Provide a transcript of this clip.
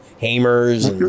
Hamers